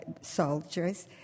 soldiers